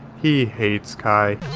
he hates kai.